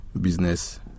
business